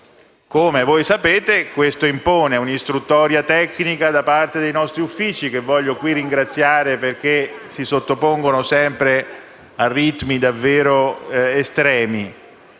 Come voi sapete, ciò impone un'istruttoria tecnica da parte dei nostri Uffici, che voglio qui ringraziare perché si sottopongono sempre a ritmi davvero estremi,